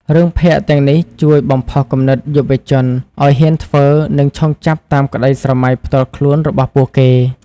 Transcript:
រឿងភាគ ទាំងនេះជួយបំផុសគំនិតយុវជនឱ្យហ៊ានធ្វើ និងឈោងចាប់តាមក្ដីស្រមៃផ្ទាល់ខ្លួនរបស់ពួកគេ។